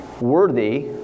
worthy